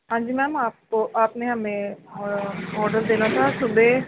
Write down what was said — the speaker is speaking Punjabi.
ਹਾਂਜੀ ਮੈਮ ਆਪ ਕੋ ਆਪਨੇ ਹਮੇਂ ਓਡਰ ਦੇਨਾ ਥਾ ਸੁਬਹ